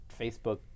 Facebook